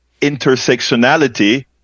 intersectionality